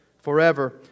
forever